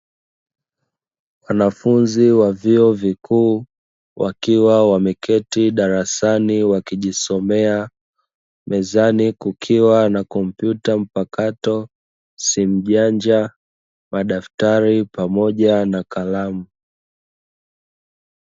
Wanafunzi wa vyuo vikuu, wakiwa wameketi darasani wakijisomea, mezani kukiwa na kompyuta mpakato, simu janja, madaftari pamoja na kalamu.